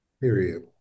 Period